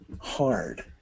hard